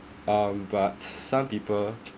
um but s~some people